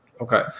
Okay